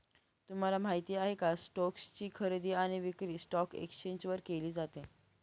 तुम्हाला माहिती आहे का? स्टोक्स ची खरेदी आणि विक्री स्टॉक एक्सचेंज वर केली जाते